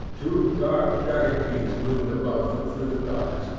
two dark jagged peaks loomed above them through the darkness,